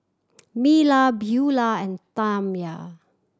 Myla Beula and Tamya